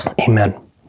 Amen